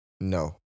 No